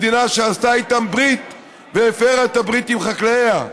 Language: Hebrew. מדינה שעשתה איתם ברית והפרה את הברית עם חקלאיה.